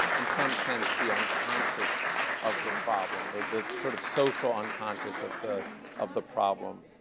in some sense, the unconscious of them problem, but the sort of social unconscious of the of the problem.